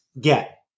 get